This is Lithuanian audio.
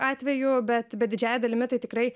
atvejų bet bet didžiąja dalimi tai tikrai